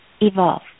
evolve